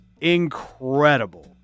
incredible